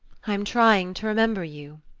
i'm trying to remember you.